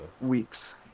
weeks